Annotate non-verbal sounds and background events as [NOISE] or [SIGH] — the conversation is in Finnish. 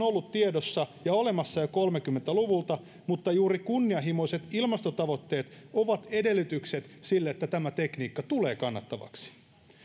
[UNINTELLIGIBLE] ollut tiedossa ja olemassa jo kolmekymmentä luvulta mutta juuri kunnianhimoiset ilmastotavoitteet ovat edellytykset sille että tämä tekniikka tulee kannattavaksi